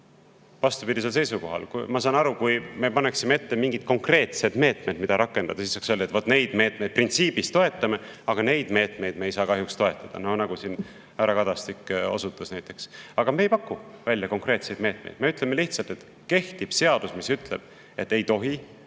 vastupidisel seisukohal. Ma saan aru, et kui me paneksime ette mingid konkreetsed meetmed, mida rakendada, siis saaks öelda, et [teatud] meetmeid me printsiibis toetame, aga neid meetmeid ei saa kahjuks toetada, nagu näiteks härra Kadastik osutas. Aga me ei paku välja konkreetseid meetmeid. Me ütleme lihtsalt, et kehtib seadus, mis ütleb, et ei tohi